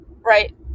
right